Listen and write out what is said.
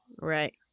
Right